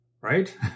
right